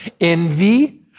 envy